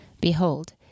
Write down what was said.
Behold